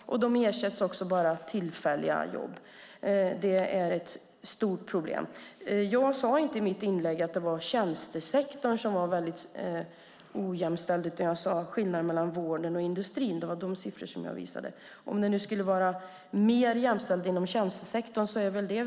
De erbjuds också bara tillfälliga jobb. Det är ett stort problem. Jag sade inte att tjänstesektorn är ojämställd. Jag talade om skillnaden mellan vården och industrin; det var de siffrorna jag nämnde. Om det är mer jämställt inom tjänstesektorn är det välkommet.